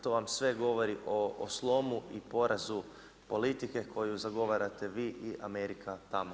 To vam sve govori o slomu i porazu politike koju zagovarate vi i Amerika tamo.